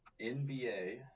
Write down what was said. NBA